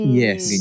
yes